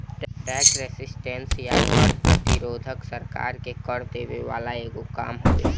tax resistance या कर प्रतिरोध सरकार के कर देवे वाला एगो काम हवे